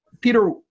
Peter